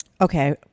Okay